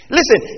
Listen